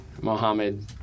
Mohammed